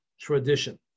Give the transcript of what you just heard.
tradition